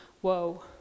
Whoa